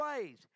ways